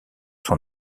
son